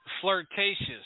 flirtatious